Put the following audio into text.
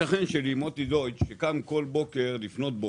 השכן שלי, מוטי דויטש, קם כל יום לפנות בוקר,